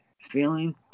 Feeling